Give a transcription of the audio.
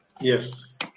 Yes